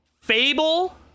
Fable